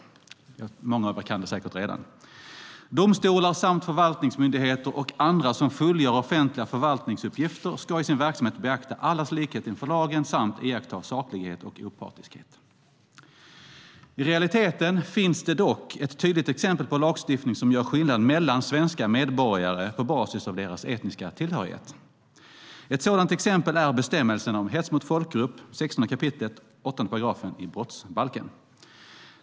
Många av er kan det säkert redan, men där står det: "Domstolar samt förvaltningsmyndigheter och andra som fullgör uppgifter inom den offentliga förvaltningen skall i sin verksamhet beakta allas likhet inför lagen samt iakttaga saklighet och opartiskhet." I realiteten finns det dock ett tydligt exempel på lagstiftning som gör skillnad mellan svenska medborgare på basis av deras etniska tillhörighet. Ett sådant exempel är bestämmelsen om hets mot folkgrupp i 16 kap. 8 § brottsbalken.